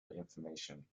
information